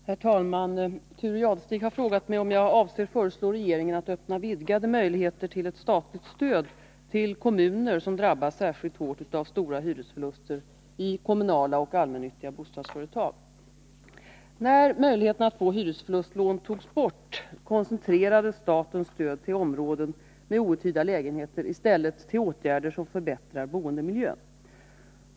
Herr talman! Thure Jadestig har frågat mig om jag avser att föreslå regeringen att öppna vidgade möjligheter till ett statligt stöd till kommuner som drabbats särskilt hårt av stora hyresförluster i kommunala och allmännyttiga bostadsföretag. När möjligheten att få hyresförlustlån togs bort koncentrerades statens stöd till områden med outhyrda lägenheter i stället till åtgärder som förbättrar boendemiljön.